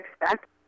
expect